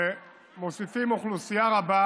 שמוסיפים אוכלוסייה רבה